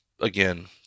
again